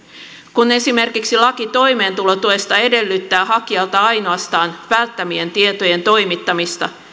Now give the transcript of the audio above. kun esimerkiksi laki toimeentulotuesta edellyttää hakijalta ainoastaan välttämättömien tietojen toimittamista